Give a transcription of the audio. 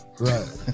Right